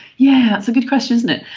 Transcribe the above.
yeah that's a good question, isn't it.